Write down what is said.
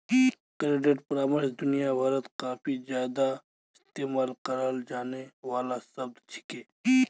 credit परामर्श दुनिया भरत काफी ज्यादा इस्तेमाल कराल जाने वाला शब्द छिके